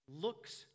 looks